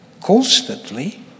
constantly